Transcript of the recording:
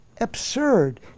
absurd